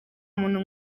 muntu